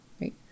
right